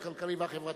הכלכלי והחברתי.